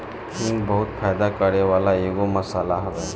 हिंग बहुते फायदा करेवाला एगो मसाला हवे